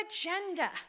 agenda